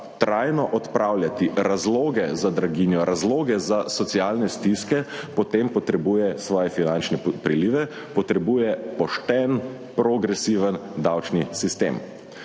trajno odpravljati razloge za draginjo, razloge za socialne stiske, potem potrebuje svoje finančne prilive – potrebuje pošten, progresiven davčni sistem.